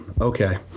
Okay